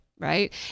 Right